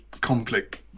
conflict